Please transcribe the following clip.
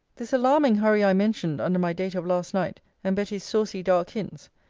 this alarming hurry i mentioned under my date of last night, and betty's saucy dark hints,